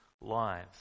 lives